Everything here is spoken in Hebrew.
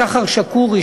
לשחר שקורי,